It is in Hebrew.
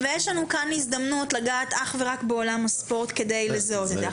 ויש לנו כאן הזדמנות לגעת אך ורק בעולם הספורט כדי לזהות את זה.